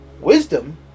Wisdom